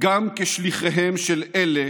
גם כשליחיהם של אלה